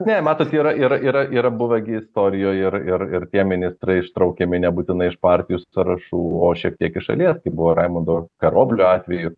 ne matote yra yra yra yra buvę gi istorijoj ir ir ir tie ministrai ištraukiami nebūtinai iš partijų sąrašų o šiek tiek iš šalies kaip buvo raimundo karoblio atveju